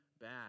bad